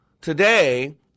Today